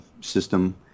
system